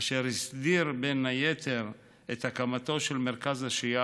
אשר הסדיר בין היתר את הקמתו של מרכז השהייה